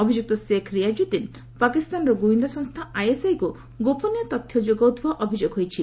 ଅଭିଯ୍ରକ୍ତ ଶେଖ୍ ରିୟାକୃଦ୍ଧିନ୍ ପାକିସ୍ତାନର ଗୁଇନ୍ଦା ସଂସ୍ଥା ଆଇଏସ୍ଆଇ କୁ ଗୋପନୀୟ ତଥ୍ୟ ଯୋଗାଉଥିବା ଅଭିଯୋଗ ହୋଇଛି